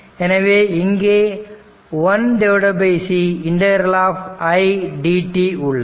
எனவே இங்கே 1c ∫i dt உள்ளது